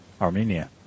Armenia